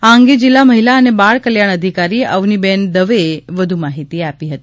આ અંગે જિલ્લા મહિલા અને બાળ કલ્યાણ અધિકારી અવની બેન દવેએ વધુ માહિતી આપી હતી